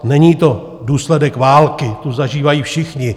Není to důsledek války, tu zažívají všichni.